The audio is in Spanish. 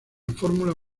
fórmula